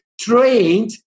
trained